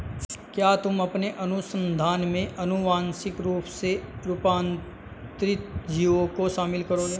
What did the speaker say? क्या तुम अपने अनुसंधान में आनुवांशिक रूप से रूपांतरित जीवों को शामिल करोगे?